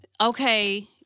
Okay